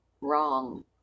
wrong